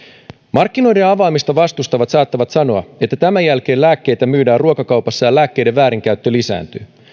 markkinoiden avaamista vastustavat saattavat sanoa että tämän jälkeen lääkkeitä myydään ruokakaupassa ja lääkkeiden väärinkäyttö lisääntyy